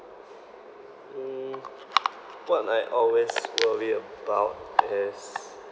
mm what I always worry about is